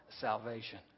salvation